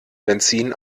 benzin